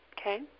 Okay